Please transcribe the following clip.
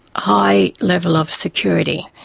high level of security.